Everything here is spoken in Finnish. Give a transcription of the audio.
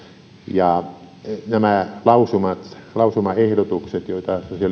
nämä lausumaehdotukset joita sosiaalidemokraatit